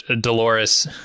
Dolores